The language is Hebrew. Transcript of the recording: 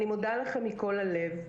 אני מודה לכם מכל הלב.